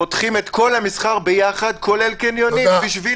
פותחים את כל המסחר ביחד, כולל קניונים בשביל